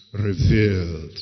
revealed